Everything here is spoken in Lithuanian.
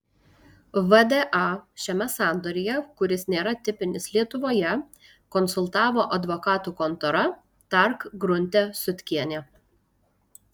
vda šiame sandoryje kuris nėra tipinis lietuvoje konsultavo advokatų kontora tark grunte sutkienė